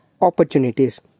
opportunities